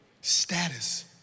status